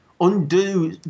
Undo